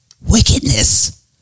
wickedness